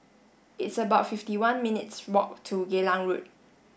it's about fifty one minutes' walk to Geylang Road